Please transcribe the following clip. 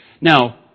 Now